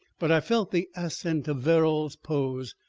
but i felt the assent of verrall's pose.